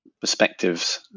perspectives